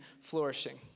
flourishing